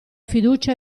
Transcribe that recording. fiducia